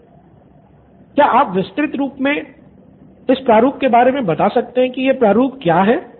student 1 क्या आप विस्तृत मे इस प्रारूप के बारे मे बता सकते हैं कि यह प्रारूप क्या है